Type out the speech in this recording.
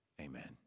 Amen